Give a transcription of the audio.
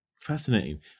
Fascinating